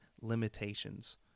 limitations